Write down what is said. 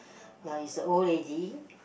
ya it's a old lady